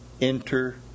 Enter